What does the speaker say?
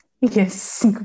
Yes